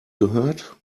gehört